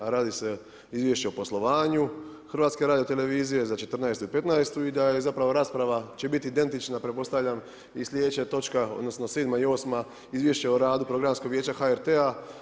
Radi se o izvješće o poslovanju HRT, za 2014. i2015. i da je zapravo rasprava će biti identična, pretpostavljam, i sljedeća točka, odnosno, 7 i 8 izvješće o radu programskog vijeća HRT-a.